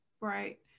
Right